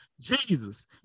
Jesus